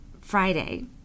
Friday